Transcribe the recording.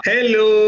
Hello